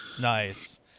Nice